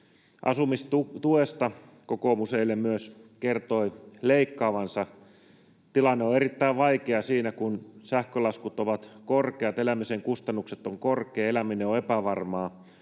Asumistuesta kokoomus eilen myös kertoi leikkaavansa. Tilanne on erittäin vaikea siinä, kun sähkölaskut ovat korkeat, elämisen kustannukset ovat korkeat, eläminen on epävarmaa